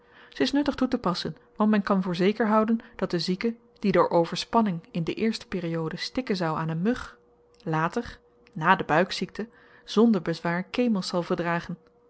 ze is nuttig toetepassen want men kan voor zeker houden dat de zieke die door overspanning in de eerste periode stikken zou aan een mug later na de buikziekte zonder bezwaar kemels zal verdragen